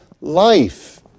life